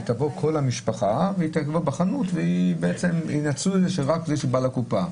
תבוא כל המשפחה וינצלו את אותו אחד שיש לו תו ירוק שייגש לקופה,